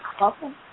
Welcome